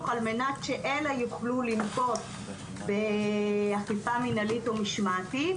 על מנת שאלה יוכלו לנקוט באכיפה מנהלית או משמעתית,